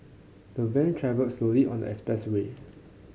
the van travelled slowly on the expressway